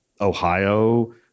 Ohio